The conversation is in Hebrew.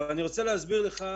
אני רוצה להסביר לך,